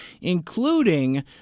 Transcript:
including